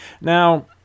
Now